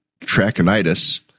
Trachonitis